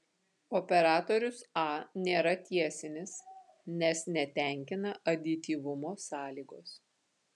operatorius a nėra tiesinis nes netenkina adityvumo sąlygos